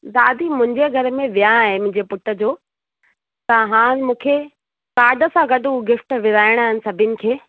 दादी मुंहिंजे घर में विहांउ आहे मुंहिंजे पुट जो त हाणे मूंखे काड सां गॾु हू गिफ़्ट विरिहाइणा आहिनि सभिनी खे